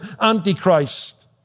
antichrist